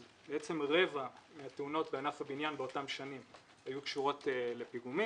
אז בעצם רבע מהתאונות בענף הבניין באותן שנים היו קשורות לפיגומים,